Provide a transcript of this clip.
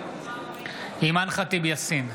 אימאן ח'טיב יאסין,